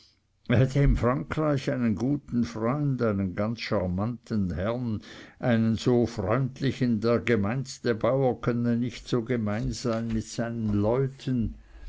frankreich einen guten freund einen ganz charmanten herrn einen so freundlichen der gemeinste bauer könnte nicht so gemein sein mit allen leuten